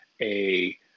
a-